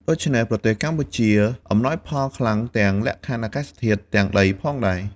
ដូច្នេះ ប្រទេសកម្ពុជាអំណោយផលខ្លាំង ទាំងលក្ខខណ្ឌអាកាសធាតុ ទាំងដី ផងដែរ ។